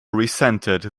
resented